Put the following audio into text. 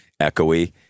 echoey